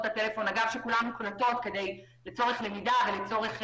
הטלפון שכולם מוקלטות לצורך למידה ולצורך